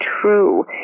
true